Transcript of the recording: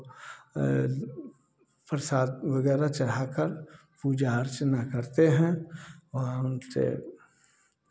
प्रसाद वगैरह चढ़ाकर पूजा अर्चना करते हैं वहाँ उनसे